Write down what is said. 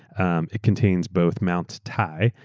um it contains both mount tai,